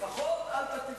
השר ארדן,